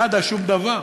נאדה, שום דבר.